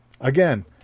Again